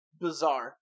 bizarre